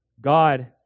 God